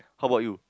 how about you